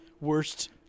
Worst